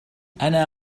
أنا